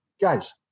guys